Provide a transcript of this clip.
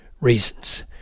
reasons